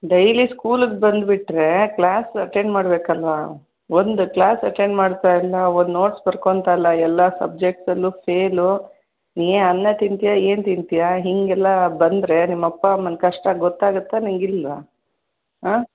daily ಸ್ಕೂಲಿಗೆ ಬಂದುಬಿಟ್ರೇ class attend ಮಾಡ್ಬೇಕಲ್ವಾ ಒಂದು ಕ್ಲಾಸ್ ಅಟೆಂಡ್ ಮಾಡ್ತಾಯಿಲ್ಲ ಒಂದು ನೋಟ್ಸ್ ಬರ್ಕೊತ ಇಲ್ಲ ಎಲ್ಲ ಸಬ್ಜೆಕ್ಟ್ಸಲ್ಲೂ ಫೇಲು ಏನು ಅನ್ನ ತಿಂತೀಯ ಏನು ತಿಂತೀಯ ಹೀಗೆಲ್ಲಾ ಬಂದರೆ ನಿಮ್ಮ ಅಪ್ಪ ಅಮ್ಮನ ಕಷ್ಟ ಗೊತ್ತಾಗುತ್ತಾ ನಿಂಗೆ ಇಲ್ವಾ ಹಾಂ